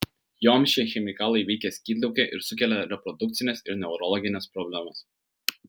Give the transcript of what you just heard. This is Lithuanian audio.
joms šie chemikalai veikia skydliaukę ir sukelia reprodukcines ir neurologines problemas